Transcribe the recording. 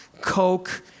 coke